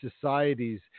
societies